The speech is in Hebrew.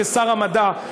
כשר המדע,